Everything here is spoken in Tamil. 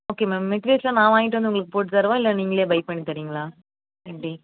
ஓகே மேம் மெட்டிரியல்ஸெலாம் நான் வாங்கிட்டு வந்து உங்களுக்கு போட்டுத்தரவா இல்லை நீங்களே பை பண்ணி தரீங்களா எப்படி